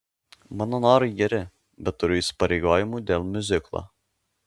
mano norai geri bet turiu įsipareigojimų dėl miuziklo